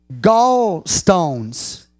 gallstones